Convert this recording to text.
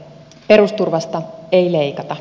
perusturvasta ei leikata